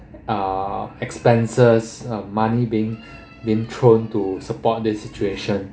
uh expenses um money being been thrown to support this situation